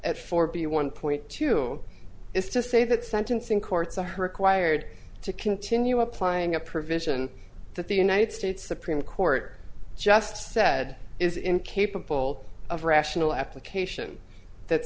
b one point two is to say that sentencing courts are her acquired to continue applying a provision that the united states supreme court just said is incapable of rational application that